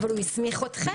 אבל הוא הסמיך אתכם.